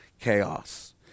chaos